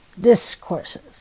discourses